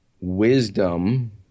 wisdom